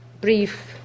brief